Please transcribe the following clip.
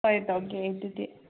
ꯍꯣꯏ ꯇꯧꯒꯦ ꯑꯩ ꯑꯗꯨꯗꯤ